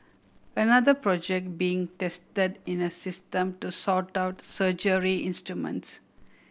another project being tested is a system to sort out surgery instruments